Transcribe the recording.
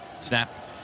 Snap